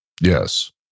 Yes